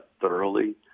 thoroughly